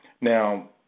Now